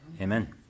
Amen